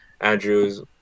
Andrews